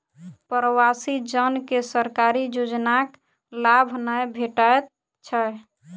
प्रवासी जन के सरकारी योजनाक लाभ नै भेटैत छै